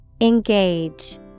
Engage